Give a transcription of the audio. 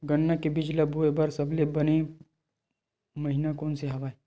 गन्ना के बीज ल बोय बर सबले बने महिना कोन से हवय?